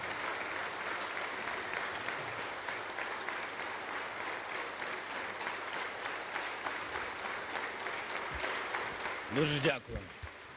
Дуже дякую.